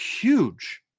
huge